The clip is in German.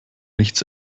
nichts